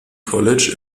college